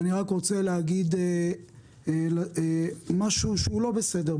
אני רק רוצה להגיד משהו שהוא לא בסדר.